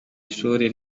ishuri